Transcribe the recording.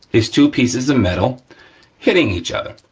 is two pieces of metal hitting each other.